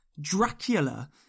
Dracula